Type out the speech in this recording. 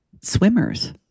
Swimmers